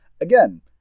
again